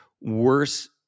worse